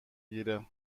گیره